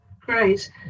Great